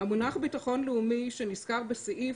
המונח "ביטחון לאומי" שנזכר בסעיף,